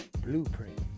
Blueprint